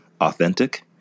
authentic